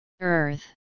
Earth